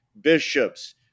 bishops